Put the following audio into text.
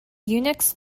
unix